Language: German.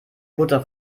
butter